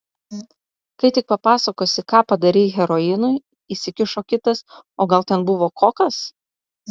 kai tik papasakosi ką padarei heroinui įsikišo kitas o gal ten buvo kokas